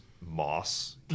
moss